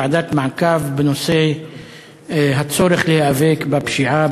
ועדת מעקב בנושא הצורך להיאבק בפשיעה,